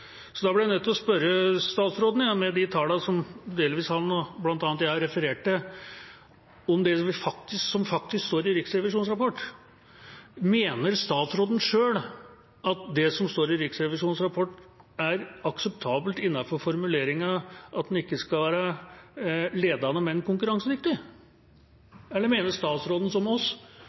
jeg har referert til, som faktisk står i Riksrevisjonens rapport, mener statsråden selv at det som står i Riksrevisjonens rapport, er akseptabelt innenfor formuleringen om at en ikke skal være ledende, men konkurransedyktig? Eller mener statsråden som oss,